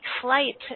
flight